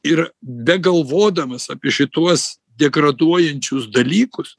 ir begalvodamas apie šituos degraduojančius dalykus